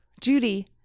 Judy